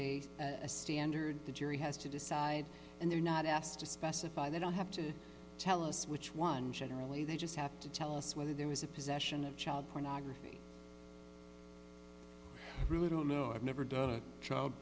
a a standard the jury has to decide and they're not asked to specify they don't have to tell us which one generally they just have to tell us whether there was a possession of child pornography really don't know i've never done a child